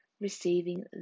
receiving